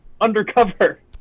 undercover